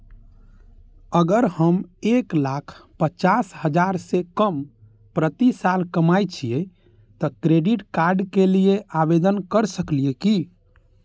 अगर हम एक लाख पचास हजार से कम प्रति साल कमाय छियै त क्रेडिट कार्ड के लिये आवेदन कर सकलियै की?